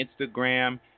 Instagram